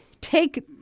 take